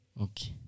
Okay